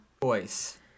Voice